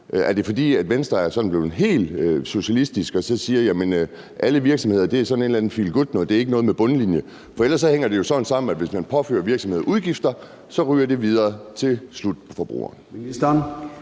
Er det, fordi Venstre er blevet sådan helt socialistisk og så siger: Alle virksomheder er sådan et eller andet feel good-noget, det har ikke noget med en bundlinje at gøre. For ellers hænger det jo sådan sammen, at hvis man påfører virksomheder udgifter, så ryger de videre til forbrugeren.